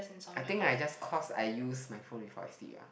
I think I just cause I use my phone before I sleep ah